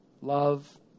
love